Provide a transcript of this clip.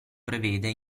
prevede